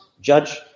judge